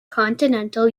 continental